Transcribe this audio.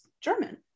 German